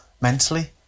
mentally